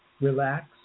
relax